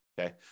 okay